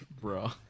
bro